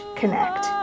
connect